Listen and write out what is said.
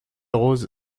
rose